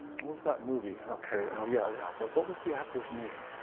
what was that movie, okay? oh, yeah, yeah but what was the actor's name?